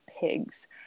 pigs